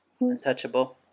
untouchable